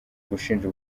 gushinja